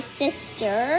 sister